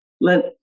Let